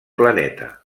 planeta